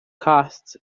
costs